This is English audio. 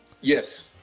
Yes